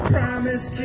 Promise